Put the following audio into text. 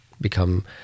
Become